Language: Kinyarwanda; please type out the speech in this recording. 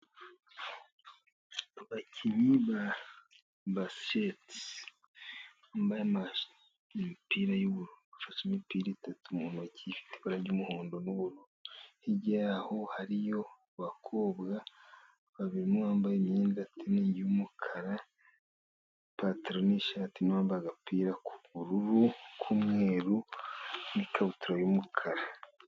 Abakinnyi ba basikete bambaye imipira y'ubururu, bafashe imipira itatu mu ntoki, ifite ibara ry'umuhondo n'ubururu, hirya yaho hariyo abakobwa babiri, umwe wambaye imyenda ya tereningi y'umukara, ipantaro n'ishati n'uwambaye agapira k'ubururu, k'umweru, n'ikabutura y'umukara.